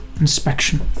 inspection